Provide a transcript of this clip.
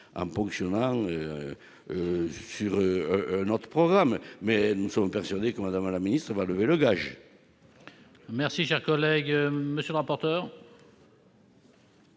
une ponction opérée sur un autre programme, mais nous sommes persuadés que Mme la ministre lèvera ce gage